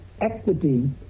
equity